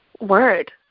Word